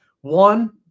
one